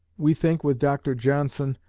we think with dr johnson,